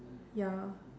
ya